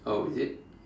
oh is it